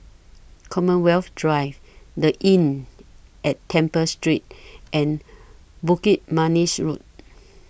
Commonwealth Drive The Inn At Temple Street and Bukit Manis Road